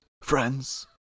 friends